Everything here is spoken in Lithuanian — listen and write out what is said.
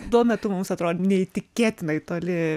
tuo metu mums atrodė neįtikėtinai toli